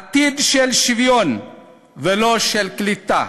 עתיד של שוויון ולא של קליטה,